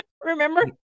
remember